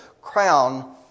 crown